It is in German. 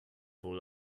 wohl